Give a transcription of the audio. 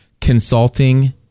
consulting